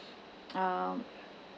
um